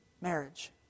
marriage